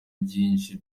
byinshi